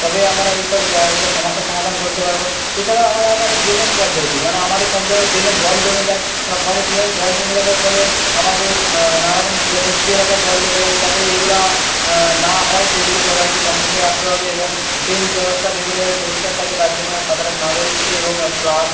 তবে আমরা এই সব জায়গাগুলোর সমস্যার সমাধান করতে পারব এছাড়াও আমাদের একটা আছে ড্রেনেজ পদ্ধতি মানে আমাদের সব জায়গায় ড্রেনে জল জমে যায় সব পরে কী হয় জল জমে যাওয়ার ফলে আমাদের নানা রকম ইয়ে বস্তি এলাকায় জল ঢুকে যায় যাতে এগুলো না হয় সেইদিকে সবাইকে রাখতে হবে এবং ড্রেন ব্যবস্থা ড্রেনগুলো যাতে পরিষ্কার থাকে তার জন্য সাধারণ নাগরিককে এবং ক্লাব